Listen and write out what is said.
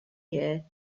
year